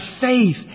faith